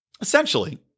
essentially